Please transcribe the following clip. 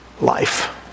life